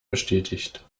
bestätigt